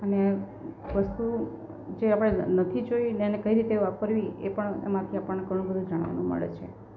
અને વસ્તુ જે આપડે નથી જોઈ એને કઈ રીતે વાપરવી એ પણ એમાંથી આપણને ઘણું બધું જાણવા મળે છે